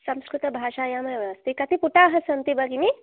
संस्कृतभाषायामेव अस्ति कति पुटाः सन्ति भगिनि